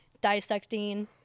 dissecting